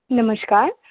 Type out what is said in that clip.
नमस्कार